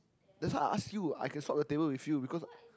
that's why I ask you I can swap the table with you because